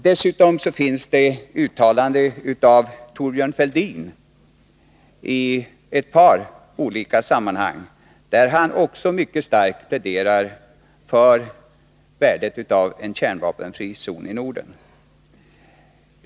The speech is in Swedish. Dessutom finns det uttalanden av Thorbjörn Fälldin i ett par olika sammanhang, där han också mycket starkt pläderar för värdet av en kärnvapenfri zon i Norden.